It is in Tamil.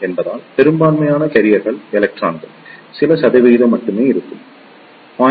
என்பதால் பெரும்பான்மையான கேரியர்கள் எலக்ட்ரான்கள் சில சதவிகிதம் மட்டுமே இருக்கும் 0